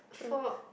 for